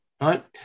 right